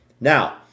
Now